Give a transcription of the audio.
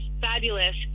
fabulous